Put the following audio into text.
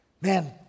Man